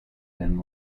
been